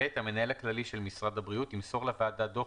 (ב)המנהל הכללי של משרד הבריאות ימסור לוועדה דוח